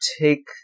take